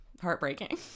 heartbreaking